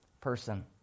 person